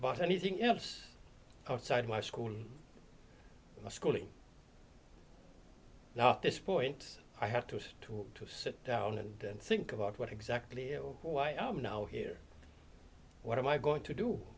about anything else outside my school my schooling now at this point i have to say to to sit down and think about what exactly why i'm now here what am i going to do